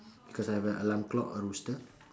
because I have an alarm clock a rooster